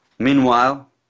Meanwhile